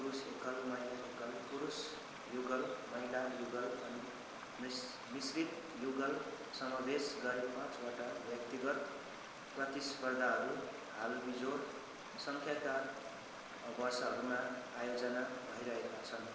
पुरुष एकल महिला एकल पुरुष युगल महिला युगल अनि मिस मिश्रित युगल समावेश गरी पाँचवटा व्यक्तिगत प्रतिस्पर्धाहरू हाल बिजोर सङ्ख्याका वर्षहरूमा आयोजना भइरहेका छन्